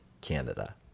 Canada